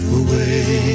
away